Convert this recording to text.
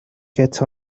get